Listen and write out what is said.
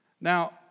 Now